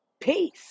Peace